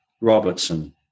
Robertson